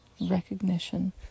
recognition